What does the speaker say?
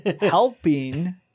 helping